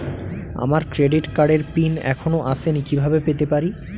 আমার ক্রেডিট কার্ডের পিন এখনো আসেনি কিভাবে পেতে পারি?